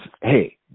hey